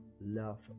love